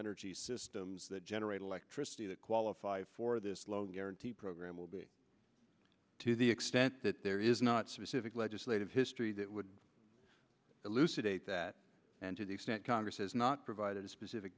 energy systems that generate electricity that qualify for this loan guarantee program will be to the extent that there is not specific legislative history that would elucidate that and to the extent congress has not provided a specific